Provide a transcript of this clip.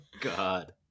God